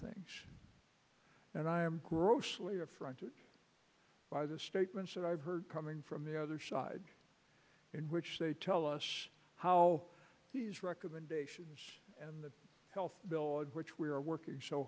things and i'm grossly affronted by the statements that i've heard coming from the other side in which they tell us how these recommendations and the health bill of which we are working so